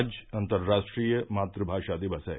आज अन्तरराष्ट्रीय मातृभाषा दिवस है